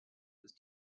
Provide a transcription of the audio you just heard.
ist